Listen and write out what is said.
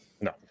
no